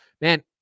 Man